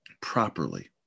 properly